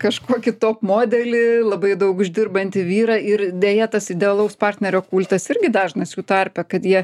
kažkokį top modelį labai daug uždirbantį vyrą ir deja tas idealaus partnerio kultas irgi dažnas jų tarpe kad jie